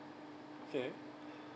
okay